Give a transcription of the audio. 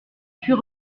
suis